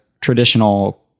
traditional